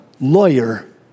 lawyer